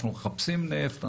אנחנו מחפשים נפט,